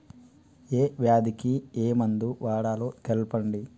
ఏ వ్యాధి కి ఏ మందు వాడాలో తెల్పండి?